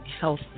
health